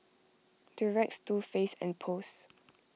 Durex Too Faced and Post